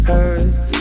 Hurts